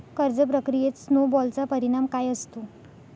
कर्ज प्रक्रियेत स्नो बॉलचा परिणाम काय असतो?